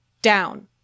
down